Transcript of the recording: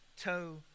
toe